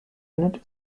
unit